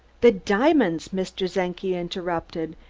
the diamonds! mr. czenki interrupted,